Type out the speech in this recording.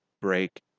break